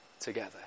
together